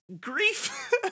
grief